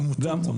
עמותות.